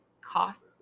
cost